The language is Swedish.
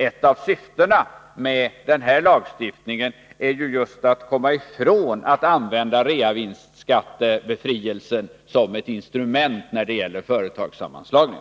Ett av syftena med den här lagstiftningen är ju just att komma ifrån att använda reavinstskattebefrielsen som instrument när det gäller företagssammanslagning.